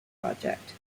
project